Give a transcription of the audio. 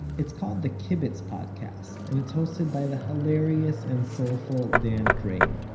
it's called the kibitz podcast, and it's hosted by the hilarious and soulful dan crane.